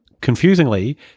confusingly